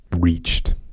reached